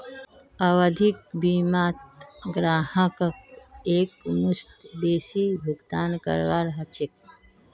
आवधिक बीमात ग्राहकक एकमुश्त बेसी भुगतान करवा ह छेक